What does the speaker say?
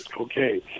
Okay